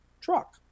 truck